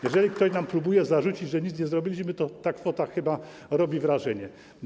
Jeżeli ktoś próbuje nam zarzucić, że nic nie zrobiliśmy, to ta kwota chyba robi wrażenie.